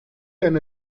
eine